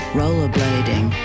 rollerblading